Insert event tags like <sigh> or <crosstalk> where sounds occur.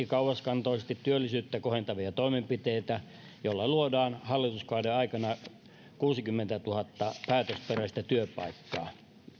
<unintelligible> kauaskantoisesti työllisyyttä kohentavia toimenpiteitä joilla luodaan hallituskauden aikana kuusikymmentätuhatta päätösperäistä työpaikkaa